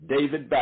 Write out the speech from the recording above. David